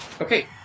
Okay